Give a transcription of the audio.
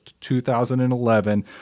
2011